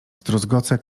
zdruzgoce